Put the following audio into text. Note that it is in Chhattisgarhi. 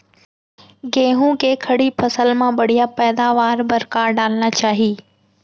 गेहूँ के खड़ी फसल मा बढ़िया पैदावार बर का डालना चाही?